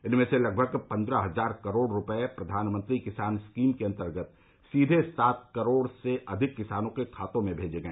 इसमें से लगभग पन्द्रह हजार करोड़ रुपए प्रधानमंत्री किसान स्कीम के अंतर्गत सीधे सात करोड़ से अधिक किसानों के खातों में भेजे गए